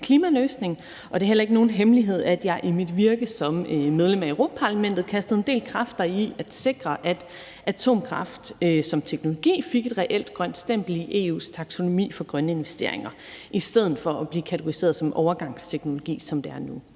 det er heller ikke nogen hemmelighed, at jeg i mit virke som medlem af Europa-Parlamentet kastede en del kræfter i at sikre, at atomkraft som teknologi fik et reelt grønt stempel i EU's taksonomi for grønne investeringer i stedet for at blive kategoriseret som en overgangsteknologi, som den er nu.